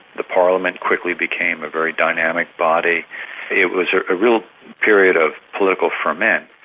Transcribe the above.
the parliament quickly became a very dynamic body it was a real period of political foment.